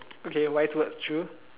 okay wise words true